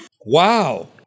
Wow